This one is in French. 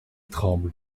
tremble